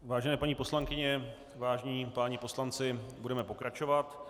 Vážené paní poslankyně, vážení páni poslanci, budeme pokračovat.